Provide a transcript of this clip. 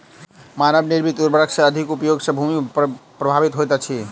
मानव निर्मित उर्वरक के अधिक उपयोग सॅ भूमि प्रभावित होइत अछि